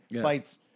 fights